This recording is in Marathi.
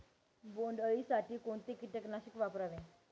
बोंडअळी साठी कोणते किटकनाशक वापरावे?